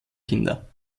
kinder